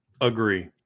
Agree